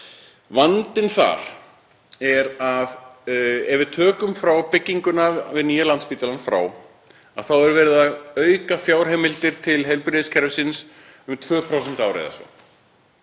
Vandinn þar er að ef við tökum byggingu nýja Landspítalans frá þá er verið að auka fjárheimildir til heilbrigðiskerfisins um 2% á ári eða svo.